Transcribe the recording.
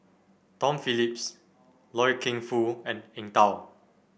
Tom Phillips Loy Keng Foo and Eng Tow